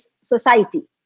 Society